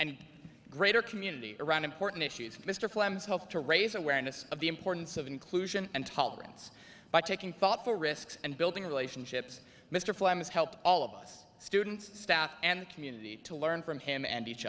and greater community around important issues mr hope to raise awareness of the importance of inclusion and tolerance by taking thoughtful risks and building relationships mr flamm has helped all of us students staff and community to learn from him and each